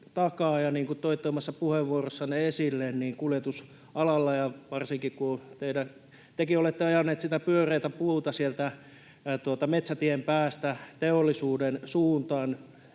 kuin toitte omassa puheenvuorossanne esille, niin kuljetusalalla — ja varsinkin kun tekin olette ajanut sitä pyöreätä puuta sieltä metsätien päästä teollisuuden suuntaan;